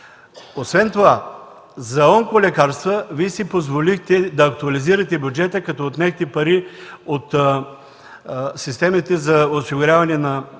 Освен това, за онколекарства Вие си позволихте да актуализирате бюджета, като отнехте пари от системите за осигуряване на социална